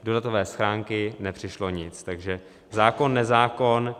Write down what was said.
Do datové schránky nepřišlo nic, takže zákon nezákon.